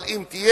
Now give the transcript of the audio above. אבל אם תהיה,